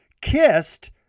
kissed